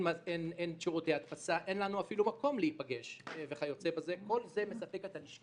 אין שירותי הדפסה ואין לנו אפילו מקום להיפגש וכיוצ"ב את זה